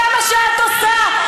זה מה שאת עושה.